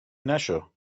نشو